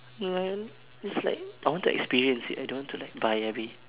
like it's like I want to experience it I don't want to like buy and we